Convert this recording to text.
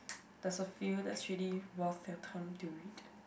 there's a few that's really worth your time to it